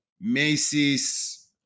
Macy's